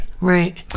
Right